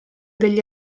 degli